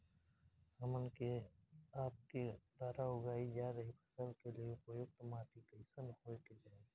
हमन के आपके द्वारा उगाई जा रही फसल के लिए उपयुक्त माटी कईसन होय के चाहीं?